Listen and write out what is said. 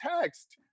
text